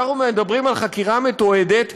אנחנו מדברים על חקירה מתועדת,